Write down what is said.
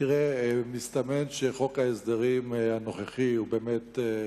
תראה, מסתמן שחוק ההסדרים הנוכחי הוא באמת,